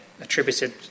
attributed